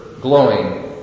glowing